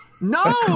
No